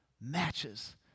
matches